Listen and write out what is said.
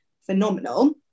phenomenal